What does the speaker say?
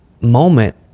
moment